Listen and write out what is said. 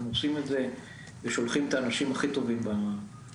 עושים את זה ושולחים את האנשים הכי טובים כשצריך.